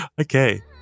Okay